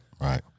right